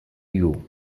you